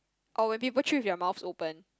or when people chew with their mouths open